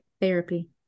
therapy